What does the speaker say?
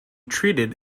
treated